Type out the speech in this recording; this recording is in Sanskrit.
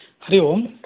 हरि ओं